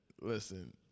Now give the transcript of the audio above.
Listen